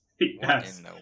yes